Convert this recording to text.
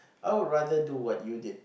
I will rather do what you did